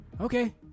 Okay